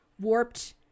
warped